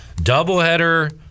doubleheader